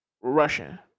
Russian